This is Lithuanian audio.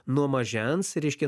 nuo mažens reiškia